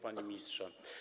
Panie Ministrze!